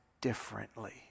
differently